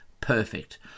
Perfect